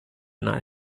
not